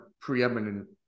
preeminent